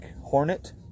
Hornet